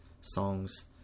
songs